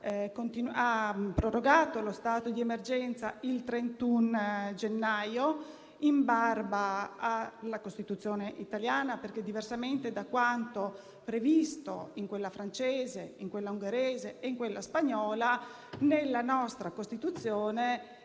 Lei ha deliberato lo stato di emergenza il 31 gennaio, in barba alla Costituzione italiana, perché, diversamente da quanto previsto nella Carta francese, in quella ungherese e in quella spagnola, nella nostra Costituzione